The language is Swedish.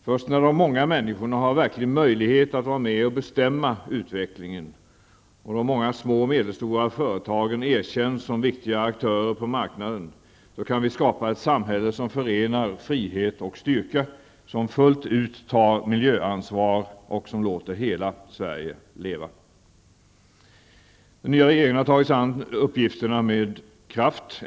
Först när de många människorna har verklig möjlighet att vara med och bestämma utvecklingen -- och de många små och medelstora företagen erkänts som viktiga aktörer på marknaden -- kan vi skapa ett samhälle som förenar frihet och styrka, som fullt ut tar miljöansvar och som låter hela Sverige leva. Den nya regeringen har tagit sig an uppgifterna med kraft.